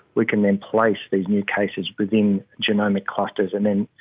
we can then place the new cases within genomic clusters and then,